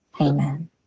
amen